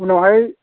उनावहाय